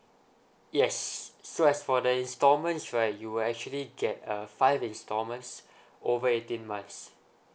yes so as for the installments right you will actually get uh five installments over eighteen months